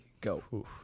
Go